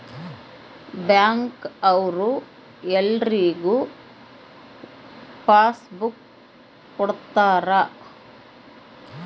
bank ಅವ್ರು ಎಲ್ರಿಗೂ passbook ಕೊಟ್ಟಿರ್ತರ